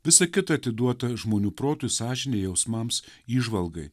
visa kita atiduota žmonių protui sąžinei jausmams įžvalgai